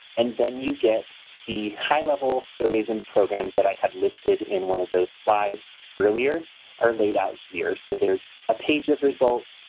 and then you get these high-level surveys and programs that i have listed in one of those files earlier are laid out here. so there is a page of results.